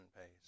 pays